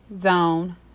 Zone